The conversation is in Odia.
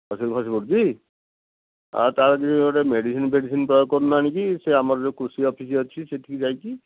କଷିରୁ ଖସି ପଡ଼ୁଛି ଆଉ ତା'ଦେହରେ ଗୋଟେ ମେଡ଼ିସିନ୍ ଫେଡ଼ିସିନ୍ ପ୍ରୟୋଗ କରୁନୁ ଆଣିକି ସେ ଆମର ଯେଉଁ କୃଷି ଅଫିସ୍ ଅଛି ସେଠିକି ଯାଇକି